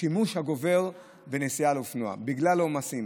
השימוש הגובר בנסיעה על אופנוע בגלל העומסים.